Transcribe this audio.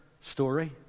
story